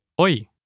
OI